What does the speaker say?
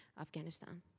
Afghanistan